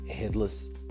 Headless